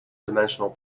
dimensional